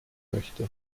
möchte